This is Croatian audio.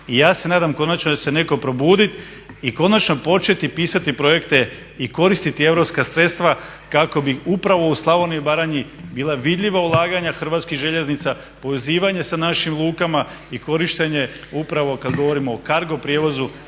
I ja se nadam konačno da će se neko probudit i konačno početi pisati projekte i koristiti europska sredstava kako bi upravo u Slavoniji i Baranji bila vidljiva ulaganja Hrvatskih željeznica, povezivanje sa našim lukama i korištenje upravo kad govorimo o CARGO prijevozu,